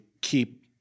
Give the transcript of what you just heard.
keep